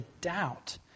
doubt